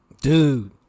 Dude